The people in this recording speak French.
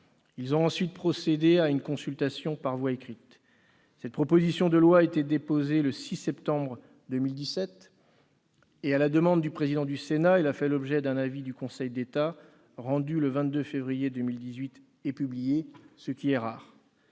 et ont ensuite procédé à une consultation par voie écrite. Cette proposition de loi a été déposée le 6 septembre 2017. À la demande du président du Sénat, elle a fait l'objet d'un avis du Conseil d'État, rendu le 22 février 2018 et publié, ce qui est rare.